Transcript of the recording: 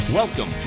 Welcome